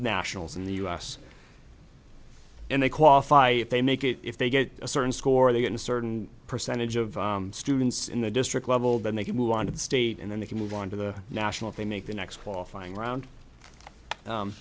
nationals in the u s and they qualify if they make it if they get a certain score they get a certain percentage of students in the district level then they can move on to the state and then they can move on to the national they make the next qualifying round